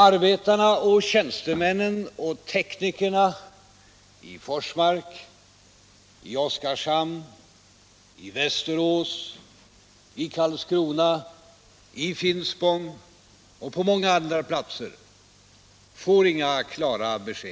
Arbetarna, tjänste = tillföra kärnreakmännen och teknikerna i Forsmark, i Oskarshamn, i Västerås, i Karls — tor kärnbränsle, krona, i Finspång och på många andra platser får inga klara besked.